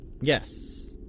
Yes